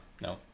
No